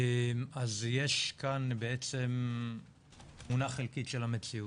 אז יש כאן בעצם תמונה חלקית של המציאות.